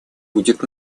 будет